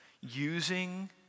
Using